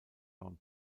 jean